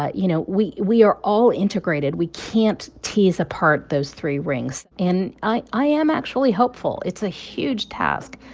ah you know, we we are all integrated. we can't tease apart those three rings and i am actually hopeful. it's a huge task,